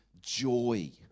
joy